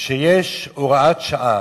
כשיש הוראת שעה,